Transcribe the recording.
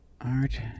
art